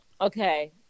okay